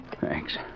Thanks